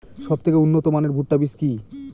সবথেকে উন্নত মানের ভুট্টা বীজ কি?